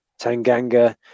Tanganga